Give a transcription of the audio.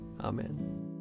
Amen